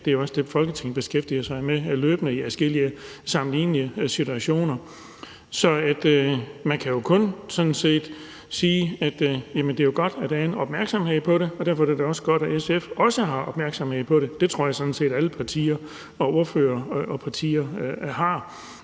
det er også det, Folketinget beskæftiger sig med løbende i adskillige sammenlignelige situationer. Så man kan jo sådan set kun sige, at det er godt, at der er en opmærksomhed på det, og derfor er det også godt, at SF også er opmærksom på det. Det tror jeg sådan set at alle partier og ordførere er.